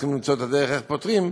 וצריכים למצוא את הדרך איך פותרים,